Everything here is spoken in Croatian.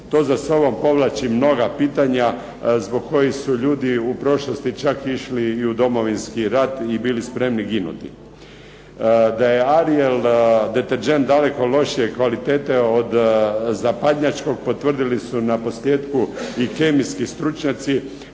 To za sobom povlači mnoga pitanja zbog kojih su ljudi u prošlosti čak išli i u Domovinski rat i bili spremni ginuti. Da je Ariel deterdžent daleko lošije kvalitete od zapadnjačkog, potvrdili su na posljetku i kemijski stručnjaci,